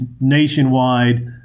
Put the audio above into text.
nationwide